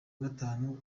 gatanu